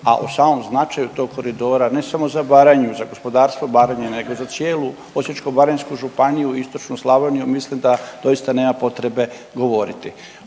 a o samom značaju tog koridora, ne samo za Baranju, za gospodarstvo Baranje, nego za cijelu Osječko-baranjsku županiju i istočnu Slavoniju mislim da doista nema potrebe govoriti.